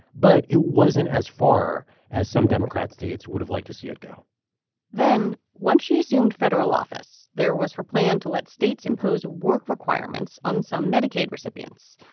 but it wasn't as far as some democrat states would have liked to see it go then once she assumed federal office, there was her plan to let states impose work requirements on some medicaid recipients.